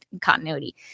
continuity